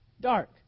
dark